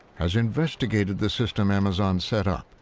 has investigated the system amazon set up.